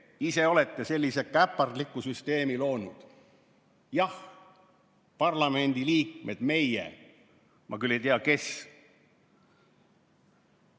ise olete sellise käpardliku süsteemi loonud. Jah, parlamendiliikmed, meie! Ma küll ei tea, kes.